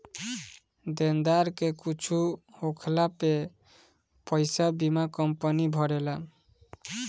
देनदार के कुछु होखला पे पईसा बीमा कंपनी भरेला